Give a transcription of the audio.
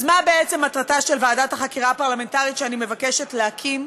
אז מה בעצם מטרתה של ועדת החקירה הפרלמנטרית שאני מבקשת להקים?